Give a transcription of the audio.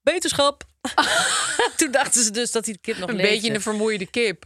wetenschap. Toen dachten ze dus dat die kip nog Een beetje leefde. een vermoeide kip.